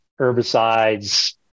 herbicides